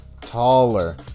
taller